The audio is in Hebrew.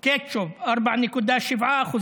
קטשופ, 4.7%,